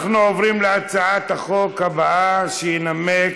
אנחנו עוברים להצעת החוק הבאה, שינמק